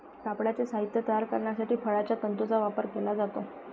कापडाचे साहित्य तयार करण्यासाठी फळांच्या तंतूंचा वापर केला जातो